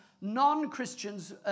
non-Christians